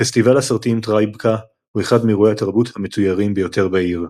פסטיבל הסרטים טרייבקה הוא אחד מאירועי התרבות המתוירים ביותר בעיר.